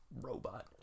robot